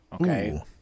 Okay